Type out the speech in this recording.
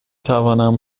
تونم